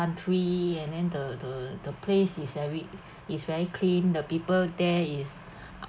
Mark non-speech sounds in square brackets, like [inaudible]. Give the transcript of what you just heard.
country and then the the the place is very [breath] is very clean the people there is [breath] uh